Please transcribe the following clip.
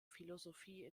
philosophie